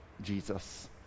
Jesus